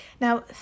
Now